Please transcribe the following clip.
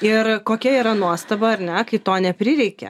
ir kokia yra nuostaba ar ne kai to neprireikia